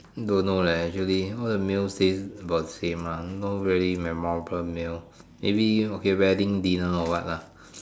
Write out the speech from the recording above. don't know leh actually what are the meals taste about the same one not really memorable meal maybe okay wedding dinner or what lah